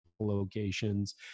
locations